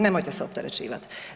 Nemojte se opterećivati.